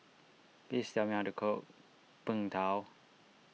please tell me how to cook Png Tao